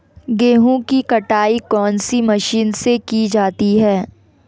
गेहूँ की कटाई कौनसी मशीन से की जाती है?